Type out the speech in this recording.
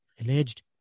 alleged